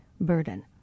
burden